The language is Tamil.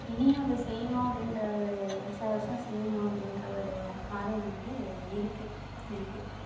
இனியும் அதை செய்ணும் அப்படின்ற ஒரு வர்ஷம் வர்ஷம் செய்யணும் அப்படின்ற ஒரு ஆர்வம் வந்து இருக்கு எனக்கு